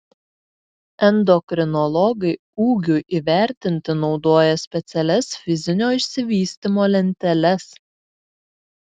endokrinologai ūgiui įvertinti naudoja specialias fizinio išsivystymo lenteles